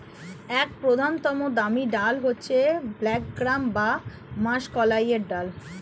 এক প্রধানতম দামি ডাল হচ্ছে ব্ল্যাক গ্রাম বা মাষকলাইয়ের ডাল